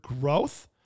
growth